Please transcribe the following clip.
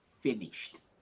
finished